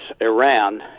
Iran